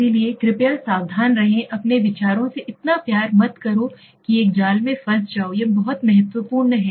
इसलिए कृपया सावधान रहें अपने विचारों से इतना प्यार मत करो कि एक जाल में फंस जाओ यह बहुत महत्वपूर्ण है